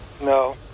No